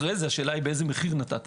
אחרי זה השאלה באיזה מחיר נתת.